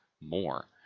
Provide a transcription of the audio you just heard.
more